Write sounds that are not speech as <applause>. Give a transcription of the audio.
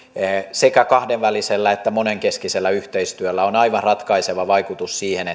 sekä kahdenvälisellä että monenkeskisellä yhteistyöllä on aivan ratkaiseva vaikutus siihen <unintelligible>